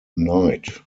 knight